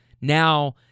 now